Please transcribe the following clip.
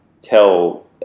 tell